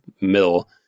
middle